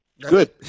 Good